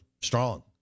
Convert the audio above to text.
strong